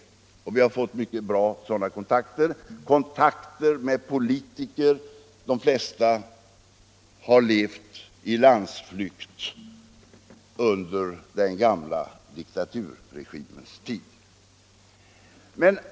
Vi har fått mycket goda sådana kontakter med politiker, av vilka de flesta har levt i landsflykt under den gamla diktaturregimens tid.